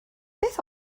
beth